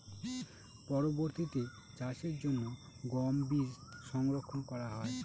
পরবর্তিতে চাষের জন্য গম বীজ সংরক্ষন করা হয়?